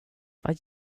vad